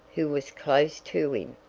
who was close to him,